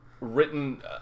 written